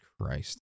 Christ